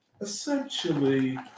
essentially